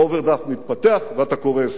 האוברדרפט מתפתח, ואתה קורס.